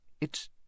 It's